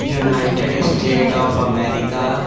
united state of America